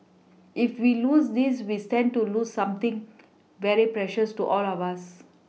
if we lose this we stand to lose something very precious to all of us